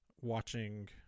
watching